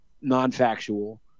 non-factual